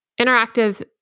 Interactive